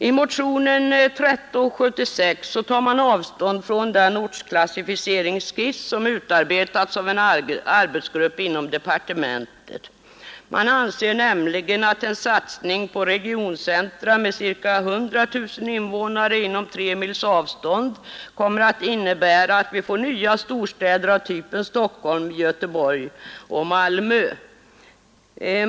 I motionen 1376 tar man avstånd från den ortsklassificeringsskiss som utarbetats av en arbetsgrupp inom departementet. Man anser nämligen att en satsning på regioncentra med cirka 100 000 invånare inom tre mils avstånd kommer att innebära att vi får nya storstäder av typen Stockholm, Göteborg och Malmö.